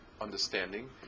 understanding